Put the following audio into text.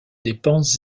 dépenses